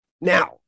Now